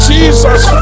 Jesus